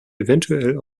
eventuell